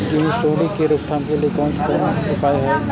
गेहूँ सुंडी के रोकथाम के लिये कोन कोन उपाय हय?